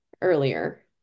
earlier